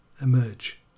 emerge